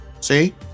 See